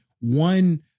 one